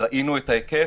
וראינו את ההיקף,